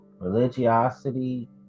religiosity